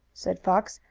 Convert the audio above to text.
said fox.